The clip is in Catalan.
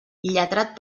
lletrat